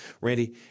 Randy